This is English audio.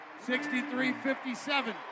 63-57